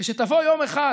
כשתבוא יום אחד